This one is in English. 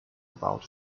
about